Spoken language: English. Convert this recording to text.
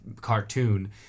cartoon